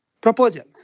proposals